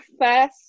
first